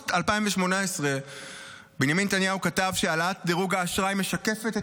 באוגוסט 2018 בנימין נתניהו כתב שהעלאת דירוג האשראי משקפת את